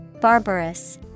Barbarous